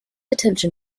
attention